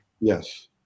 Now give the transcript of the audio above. Yes